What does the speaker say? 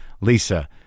Lisa